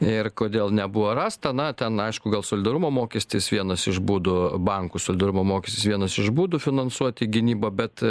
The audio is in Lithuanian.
ir kodėl nebuvo rasta na ten aišku gal solidarumo mokestis vienas iš būdų bankų sudirbo mokestis vienas iš būdų finansuoti gynybą bet